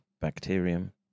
bacterium